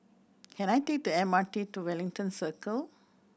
can I take the M R T to Wellington Circle